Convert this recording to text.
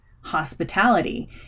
hospitality